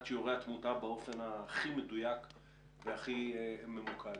שיעורי התמותה באופן הכי מדויק והכי ממוקד.